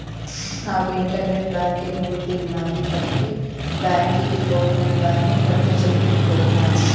నాకు internet banking ఉండిన్నాది కనుకే బాంకీకి పోకుండానే కొత్త చెక్ బుక్ పొందినాను